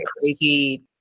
crazy